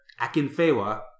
Akinfewa